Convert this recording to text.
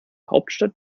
hauptstadt